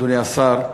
אדוני השר,